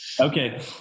Okay